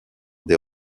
des